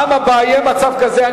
בפעם הבאה שיהיה מצב כזה,